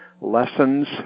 lessons